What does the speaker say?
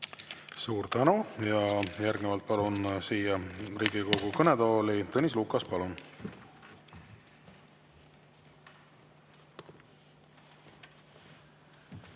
Suur tänu! Ja järgnevalt palun siia Riigikogu kõnetooli Tõnis Lukase. Palun!